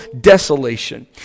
desolation